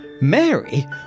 Mary